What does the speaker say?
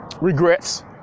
regrets